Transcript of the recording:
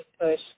Push